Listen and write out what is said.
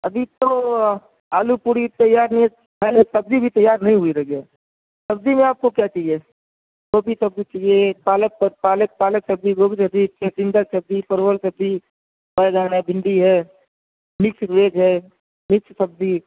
ابھی تو آلو پوڑی تیار نہیں ہے آلو سبزی بھی تیار نہیں ہوئی رہی ہے سبزی میں آپ کو کیا چاہیے گوبھی سبزی چاہیے پالک پر پالک پالک سبزی گوبھی سبزی چٹنڈا سبزی پرول سبزی پایا جا رہا ہے بھنڈی ہے مکس ویج ہے مکس سبزی